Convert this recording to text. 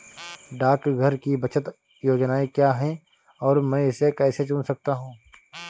डाकघर की बचत योजनाएँ क्या हैं और मैं इसे कैसे चुन सकता हूँ?